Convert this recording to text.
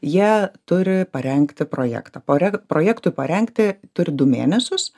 jie turi parengti projektą pore projektui parengti turi du mėnesius